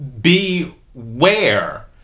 beware